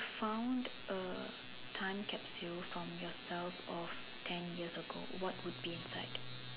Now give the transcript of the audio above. found a time capsule from yourself of ten years ago what would be inside